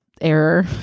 error